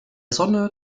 sonne